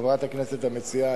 חברת הכנסת המציעה,